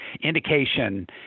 indication